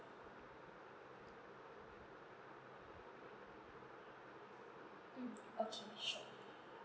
mm okay sure